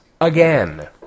again